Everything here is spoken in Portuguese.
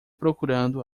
procurando